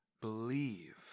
believe